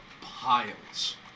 piles